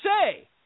say